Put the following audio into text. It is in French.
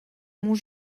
monts